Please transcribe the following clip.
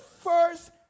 first